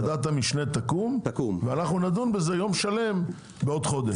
ועדת המשנה תקום ונדון בזה יום שלם בעוד חודש.